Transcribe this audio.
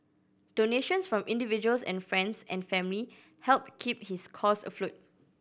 donations from individuals and friends and family helped keep his cause afloat